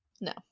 No